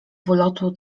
wylotu